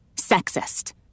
Sexist